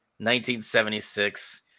1976